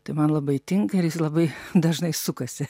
tai man labai tinka ir jisai labai dažnai sukasi